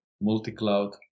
Multi-cloud